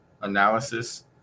analysis